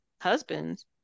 husbands